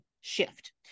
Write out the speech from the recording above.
Shift